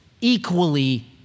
equally